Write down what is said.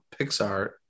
Pixar